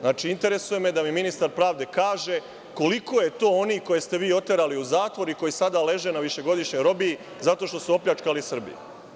Znači, interesuje me da mi ministar pravde kaže koliko je to onih koje ste vi oterali u zatvor i koji sada leže na višegodišnjoj robiji zato što su opljačkali Srbiju.